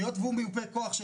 נכון.